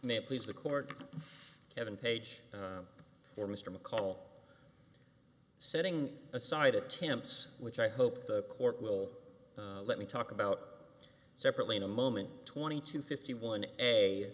may please the court kevin page or mr mccall setting aside attempts which i hope the court will let me talk about separately in a moment twenty two fifty one a